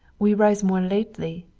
we rise more lately,